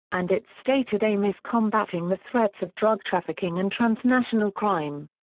and its stated aim is combating the threats of drug trafficking and transnational crime.